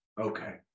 Okay